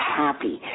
happy